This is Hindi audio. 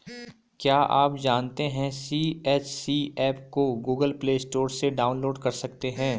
क्या आप जानते है सी.एच.सी एप को गूगल प्ले स्टोर से डाउनलोड कर सकते है?